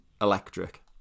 electric